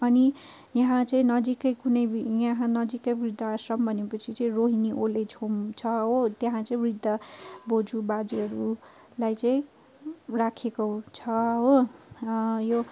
अनि यहाँ चाहिँ नजिकै कुनै यहाँ नजिकै वृद्धाश्रम भने पछि चाहिँ रोहिणी ओल्ड एज होम छ हो त्यहाँ चाहिँ वृद्ध बोजू बाजेहरूलाई चाहिँ राखेको छ हो यो